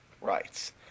rights